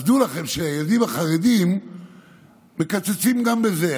אז דעו לכם שלילדים החרדים מקצצים גם בזה.